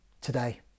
today